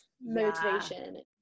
motivation